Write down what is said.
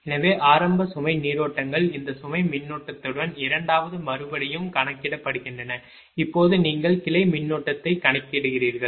எனவே ஆரம்ப சுமை நீரோட்டங்கள் இந்த சுமை மின்னோட்டத்துடன் இரண்டாவது மறுபடியும் கணக்கிடப்படுகின்றன இப்போது நீங்கள் கிளை மின்னோட்டத்தை கணக்கிடுகிறீர்கள்